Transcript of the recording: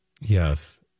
yes